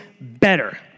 better